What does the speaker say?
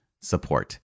support